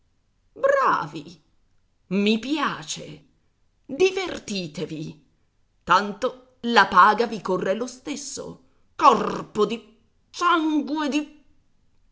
ravi i piace divertitevi tanto la paga vi corre lo stesso corpo di sangue di